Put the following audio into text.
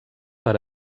per